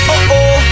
Oh-oh